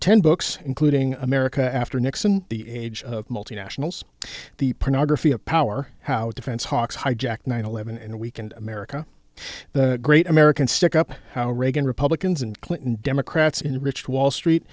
ten books including america after nixon the age of multinationals the pornography of power how defense hawks hijacked nine eleven in a week and america the great american stick up how reagan republicans and clinton democrats enrich wall street